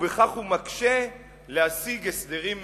ובכך הוא מקשה השגת הסדרים מדיניים.